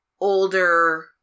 older